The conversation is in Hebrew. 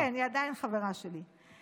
כן, היא עדיין חברה שלי.